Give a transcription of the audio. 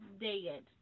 dead